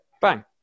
bang